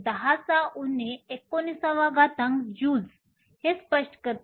6 x 10 19 joules हे स्पष्ट करते